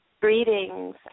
Greetings